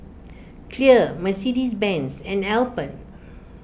Clear Mercedes Benz and Alpen